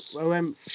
OM